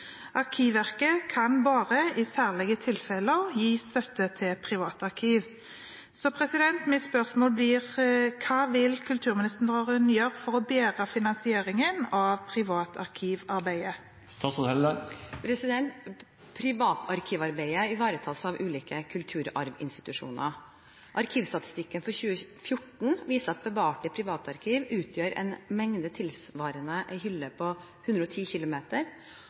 Arkivverket kan bare i særlige tilfeller gi støtte til privatarkiv. Hva vil statsråden gjøre for å bedre finansieringen av privatarkivarbeidet?» Privatarkivarbeidet ivaretas av ulike kulturarvinstitusjoner. Arkivstatistikken for 2014 viser at bevarte privatarkiv utgjør en mengde tilsvarende en hylle på 110 km.